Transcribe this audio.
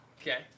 Okay